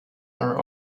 are